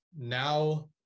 now